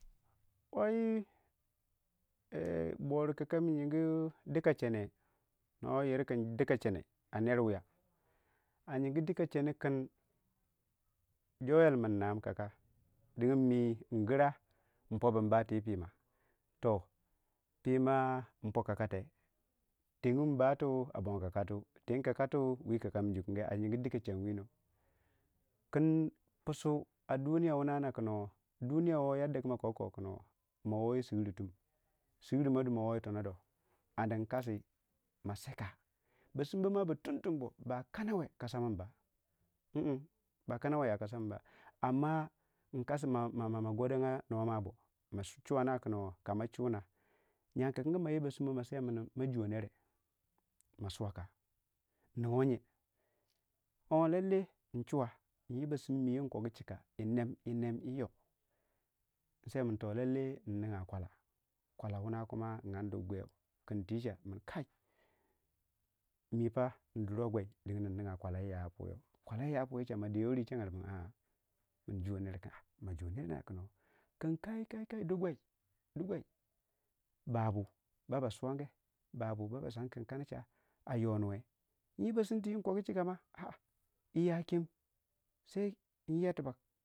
Nei yee bori kakami yingu dikachene no yiir kin dikachene a ner wiiya a yingi dikachene kin joel min nam kaka dingin mi ngira npobu nbate yii piima toh piima npo kakatee tengu nbatu a bongo kakate teng kakatu wii kakami jukunge a yinge dikachen wiino in piisu a duniya wuna na kin hoo duniya kinda ku makoguko ma woo yii suritumi urimei dumawoi tono do anda nkasi ma seka ba sinbama ba tun tun boo ba kannawe kasamin ba ba kanawe ya kasamin ba mm nkasi ma ma godagya nuwama bod ma chuwa na kama chuna gyanku kangu ma yii ba simmo mase min ma jiwe nere ma suwaka ninguwei yee hoo lallai nchuwa ngii basimi woo kogu chika yii nem yii nem yii yo nsemin lallai uninga kwalla kwalla wunna kuma nyongu dugu gwii kin tiche min kai mipa nduru wei gwii dinga kwalla wu ya puyou kwalla wu ya puyau che ma dewe rii bwechanga du min a'a njuwe nere kin a'a ma jiwo nerna min hoo kin kai kai kai kai du gwii dugwii babu baba suwange babu baba san kin kanache a yonuwe nyii ba simta wunkogu chike ma a'a yii ya kem.